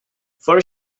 for